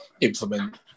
implement